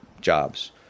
jobs